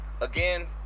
again